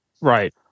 right